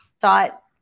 thought